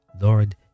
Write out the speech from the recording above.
Lord